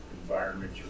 environment